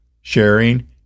sharing